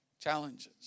Challenges